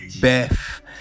Beth